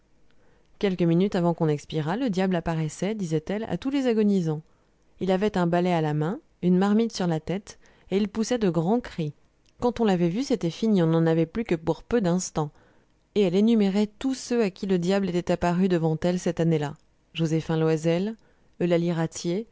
quelques minutes avant qu'on expirât le diable apparaissait disait-elle à tous les agonisants il avait un balai à la main une marmite sur la tête et il poussait de grands cris quand on l'avait vu c'était fini on n'en avait plus que pour peu d'instants et elle énumérait tous ceux à qui le diable était apparu devant elle cette année-là joséphin loisel